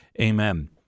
Amen